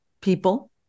people